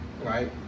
Right